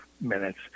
minutes